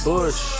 Bush